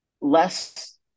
less